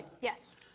yes